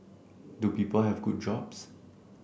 do people have good jobs